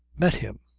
met him